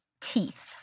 teeth